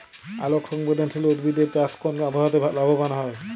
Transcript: আলোক সংবেদশীল উদ্ভিদ এর চাষ কোন আবহাওয়াতে লাভবান হয়?